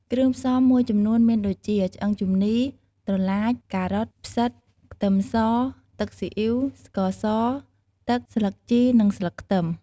គ្រឿងផ្សំមួយចំនួនមានដូចជាឆ្អឹងជំនី ត្រឡាច ការ៉ុត ផ្សិត ខ្ទឹមស ទឹកស៊ីអ៉ីវ ស្ករស ទឹក ស្លឹកជីនិងស្លឹកខ្ទឹម។